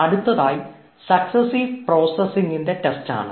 അടുത്തതായി സക്സ്സീവ് പ്രോസസിങ്ങിൻറെ ടെസ്റ്റാണ്